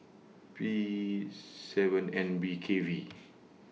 P seven N B K V